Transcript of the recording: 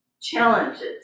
Challenges